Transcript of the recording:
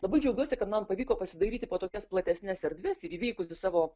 labai džiaugiuosi kad man pvyko pasidairyti po tokias platesnes erdves ir įveikusi savo